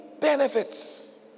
benefits